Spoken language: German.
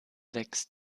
wächst